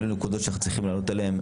אלה נקודות שאנחנו צריכים לענות עליהן.